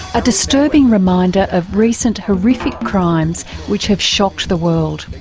a disturbing reminder of recent horrific crimes which have shocked the world.